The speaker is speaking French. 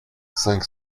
cinq